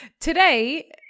today